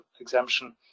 exemption